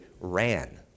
ran